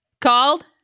called